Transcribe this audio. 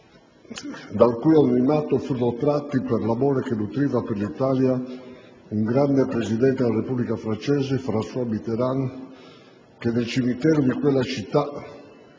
dal cui anonimato furono tratti per l'amore che nutriva per l'Italia un grande Presidente della Repubblica francese, François Mitterand, che nel cimitero di quella città